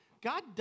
God